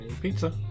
pizza